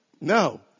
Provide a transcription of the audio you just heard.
No